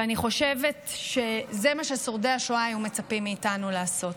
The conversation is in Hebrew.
ואני חושבת שזה מה ששורדי השואה היו מצפים מאיתנו לעשות.